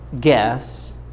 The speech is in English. guess